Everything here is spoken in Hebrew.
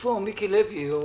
איפה מיקי לוי?